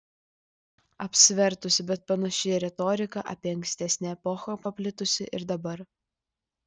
apsivertusi bet panaši retorika apie ankstesnę epochą paplitusi ir dabar